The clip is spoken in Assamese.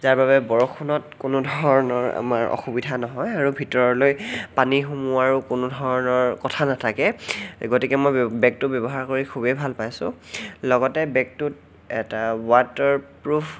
যাৰ বাবে বৰষুণত কোনোধৰণৰ আমাৰ অসুবিধা নহয় আৰু ভিতৰলৈ পানী সোমোৱাৰো কোনো ধৰণৰ কথা নাথাকে গতিকে মই বেগটো ব্যৱহাৰ কৰি খুবেই ভাল পাইছো লগতে বেগটোত এটা ৱাটাৰ প্ৰুফ